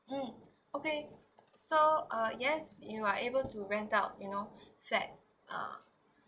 mm okay so uh yes you are able to rent out you know flat uh